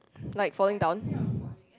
like falling down